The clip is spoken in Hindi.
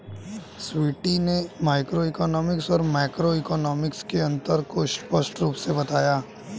स्वीटी ने मैक्रोइकॉनॉमिक्स और माइक्रोइकॉनॉमिक्स के अन्तर को स्पष्ट रूप से बताया